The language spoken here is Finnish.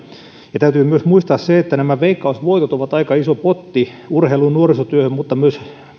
täytyy myös muistaa se että nämä veikkausvoitot ovat aika iso potti urheilu ja nuorisotyöhön mutta myös